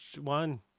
one